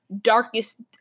darkest